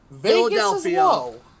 Philadelphia